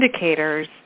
indicators